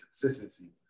consistency